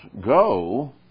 go